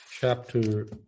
chapter